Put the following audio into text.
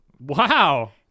Wow